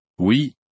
Oui